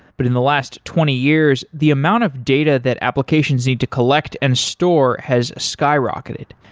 but in the last twenty years the amount of data that applications need to collect and store has skyrocketed.